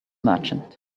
merchant